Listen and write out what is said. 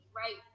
right